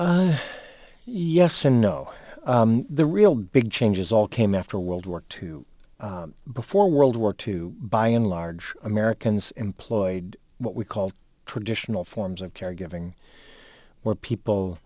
elders yes and no the real big changes all came after world war two before world war two by and large americans employed what we called traditional forms of caregiving where people